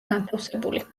განთავსებული